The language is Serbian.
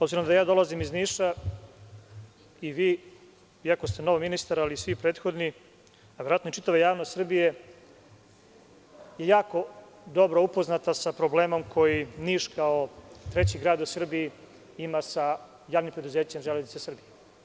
Obzirom da ja dolazim iz Niša, iako ste novi ministar, ali i svi prethodni, a verovatno i čitava javnost Srbije je jako dobro upoznata sa problemom koji Niš kao treći grad u Srbiji, ima sa JP „Železnice“ Srbije.